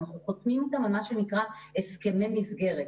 אנחנו חותמים אתן על הסכמי מסגרת.